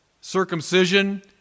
Circumcision